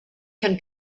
can